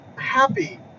happy